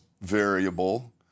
variable